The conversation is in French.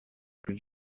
plus